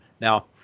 Now